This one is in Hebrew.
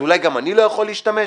אז אולי גם אני לא יכול להשתמש,